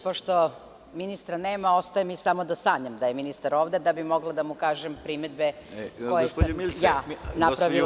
Pošto ministra nema, ostaje mi samo da sanjam da je ministar ovde, da bih mogla da mu kažem primedbe koje sam ja napravila.